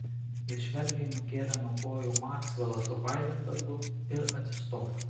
jis švelniai nukėlė nuo kojų maksvelą su heizenbergu ir atsistojo